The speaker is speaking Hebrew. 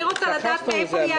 אני רוצה לדעת: מאיפה יהיה הכסף?